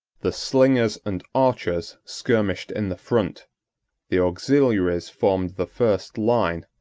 the slingers and archers skirmished in the front the auxiliaries formed the first line,